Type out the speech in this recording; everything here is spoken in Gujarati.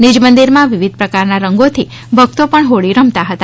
નિજ મંદિરમાં વિવિધ પ્રકારના રંગોથી ભક્તો પણ હોળી રમતા હતા